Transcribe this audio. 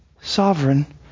sovereign